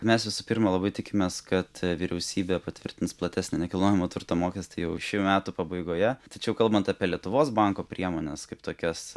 mes visų pirma labai tikimės kad vyriausybė patvirtins platesnį nekilnojamo turto mokestį jau šių metų pabaigoje tačiau kalbant apie lietuvos banko priemones kaip tokias